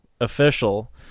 official